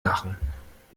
lachen